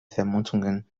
vermutungen